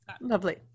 lovely